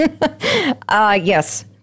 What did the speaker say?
Yes